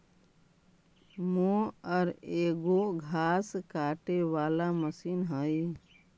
mower एगो घास काटे वाला मशीन हई